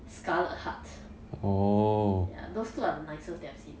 scarlet heart ya those two are the nicest that I've seen